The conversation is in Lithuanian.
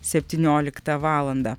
septynioliktą valandą